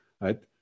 right